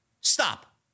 Stop